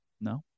No